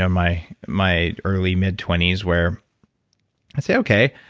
yeah my my early, mid-twenties, where i'd say, okay,